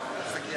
לא קיבלתי את